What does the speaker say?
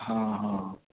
ਹਾਂ ਹਾਂ